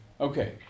Okay